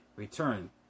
return